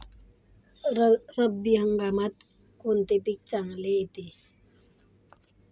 रब्बी हंगामात कोणते पीक चांगले येते?